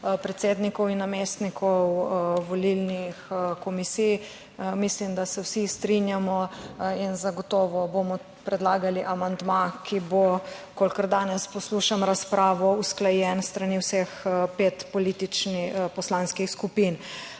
predsednikov in namestnikov volilnih komisij, mislim, da se vsi strinjamo, in bomo zagotovo predlagali amandma, ki bo, kolikor danes poslušam razpravo, usklajen s strani vseh petih poslanskih skupin.